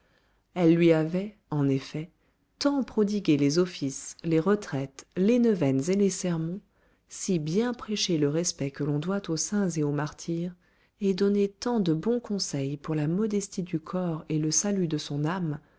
elles lui avaient en effet tant prodigué les offices les retraites les neuvaines et les sermons si bien prêché le respect que l'on doit aux saints et aux martyrs et donné tant de bons conseils pour la modestie du corps et le salut de son âme